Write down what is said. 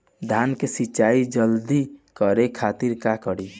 धान के सिंचाई जल्दी करे खातिर का करी?